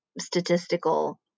statistical